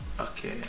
okay